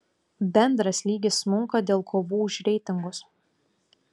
bendras lygis smunka dėl kovų už reitingus